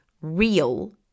real